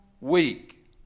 week